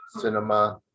cinema